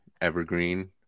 evergreen